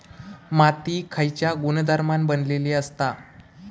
माती खयच्या गुणधर्मान बनलेली असता?